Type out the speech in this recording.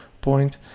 point